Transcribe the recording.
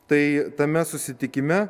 tai tame susitikime